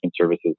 services